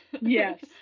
Yes